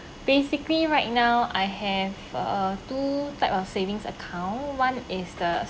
basically right now I have uh two type of savings account one is the